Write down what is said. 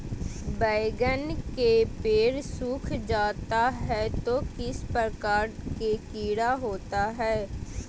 बैगन के पेड़ सूख जाता है तो किस प्रकार के कीड़ा होता है?